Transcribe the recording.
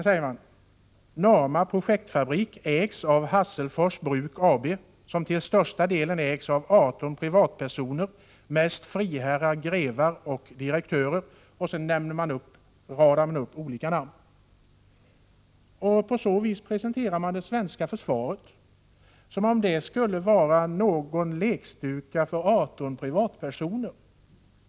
På det här sättet presenterar man det svenska försvaret, som om det skulle vara en lekstuga för 18 privatpersoner.